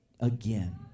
again